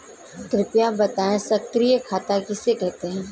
कृपया बताएँ सक्रिय खाता किसे कहते हैं?